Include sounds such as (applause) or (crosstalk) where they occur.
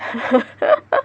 (laughs)